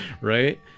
right